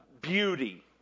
beauty